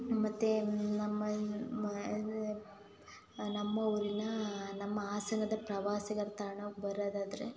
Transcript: ಮತ್ತು ನಮ್ಮ ನಮ್ಮ ಊರಿನ ನಮ್ಮ ಹಾಸನದ ಪ್ರವಾಸಿಗರ ತಾಣ ಬರೋದಾದ್ರೆ